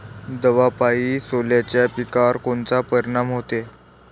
दवापायी सोल्याच्या पिकावर कोनचा परिनाम व्हते?